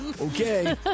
Okay